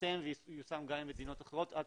ייחתם וייושם גם עם מדינות אחרות, עד